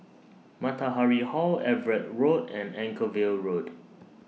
Matahari Hall Everitt Road and Anchorvale Road